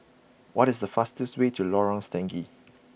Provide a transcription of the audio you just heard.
what is the fastest way to Lorong Stangee